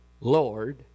Lord